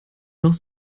noch